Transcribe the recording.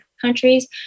countries